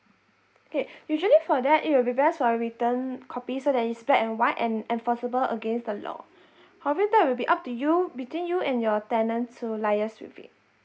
okay usually for that it will be best for a written copy so that is black and white and enforceable against the law however that will be up to you between you and your tenant to liaise with it